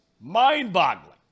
Mind-boggling